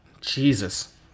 Jesus